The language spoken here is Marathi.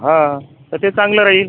हा तर ते चांगलं राहील